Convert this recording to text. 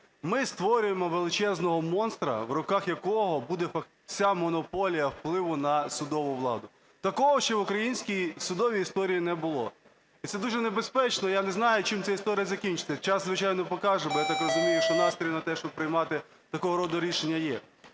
ми створюємо величезного монстра, в руках якого буде вся монополія впливу на судову владу. Такого ще в українській судовій історії не було. І це дуже небезпечно. Я не знаю, чим ця історія закінчиться. Час, звичайно, покаже. Бо я так розумію, що настрій на те, щоб приймати такого роду рішення, є.